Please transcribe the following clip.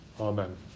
Amen